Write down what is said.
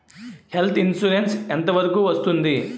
Health insurance ఎంత వరకు వస్తుంది?